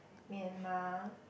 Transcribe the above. Myanmar